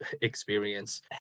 experience